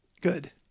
Good